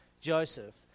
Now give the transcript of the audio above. joseph